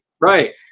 Right